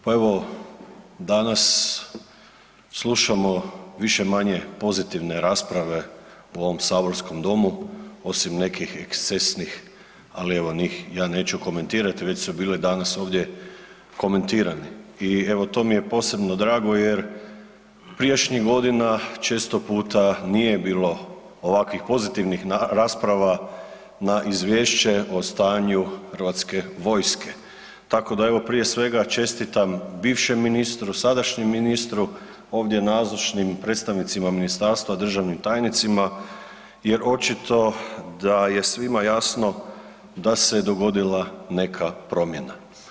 Pa evo danas slušamo više-manje pozitivne rasprave u ovom saborskom domu osim nekih ekscesnih ali evo njih ja neću komentirati, već su bile danas ovdje komentirane i evo to mi je posebno drago jer prijašnjih godina često puta nije bilo ovakvih pozitivnih rasprava na izvješće o stanju hrvatske vojske tako da evo prije svega, čestitam bivšem ministru, sadašnjem ministru, ovdje nazočnim predstavnicima ministarstva, državnim tajnicima jer očito da je svima jasno da se dogodila neka promjena.